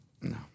no